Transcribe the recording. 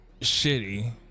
shitty